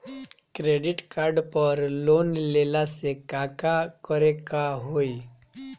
Credit card पर loan लेला से का का करे क होइ?